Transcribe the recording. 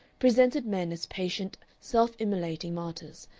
presented men as patient, self-immolating martyrs,